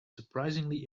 surprisingly